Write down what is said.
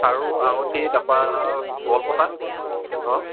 খাৰু আঙঠি তাপা গলপতা অঁ